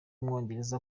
w’umwongereza